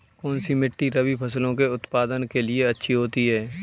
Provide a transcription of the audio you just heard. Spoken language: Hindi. कौनसी मिट्टी रबी फसलों के उत्पादन के लिए अच्छी होती है?